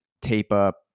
tape-up